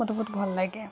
ମୋତେ ବହୁତ ଭଲ ଲାଗେ